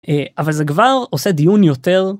אבל זה כבר עושה דיון יותר.